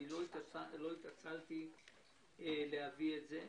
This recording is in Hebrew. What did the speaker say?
אני לא התעצלתי להביא את זה.